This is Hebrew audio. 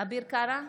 אביר קארה,